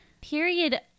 period